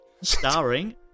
Starring